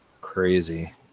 Crazy